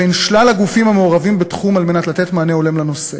בין שלל הגופים המעורבים בתחום על מנת לתת מענה הולם לנושא.